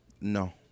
No